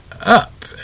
up